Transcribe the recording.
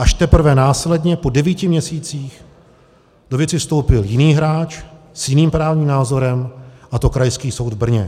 Až teprve následně po devíti měsících do věci vstoupil jiný hráč s jiným právním názorem, a to Krajský soud v Brně.